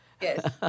Yes